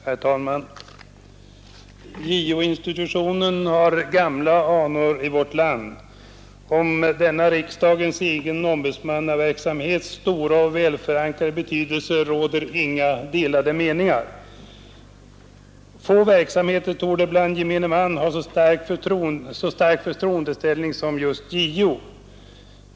Herr talman! JO-institutionen har gamla anor i vårt land. Om denna riksdagens egen ombudsmannaverksamhets stora och välförankrade betydelse råder inga delade meningar. Få verksamheter torde bland gemene man ha så stark förtroendeställning som just JO:s.